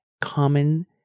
common